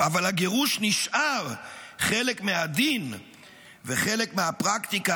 אבל הגירוש נשאר חלק מהדין וחלק מהפרקטיקה